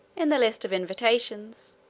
in the list of invitations,